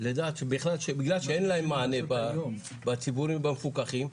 לדעת שבגלל שאין להם מענה בציבוריים המפוקחים,